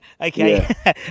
Okay